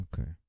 okay